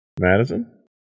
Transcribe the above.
Madison